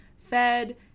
fed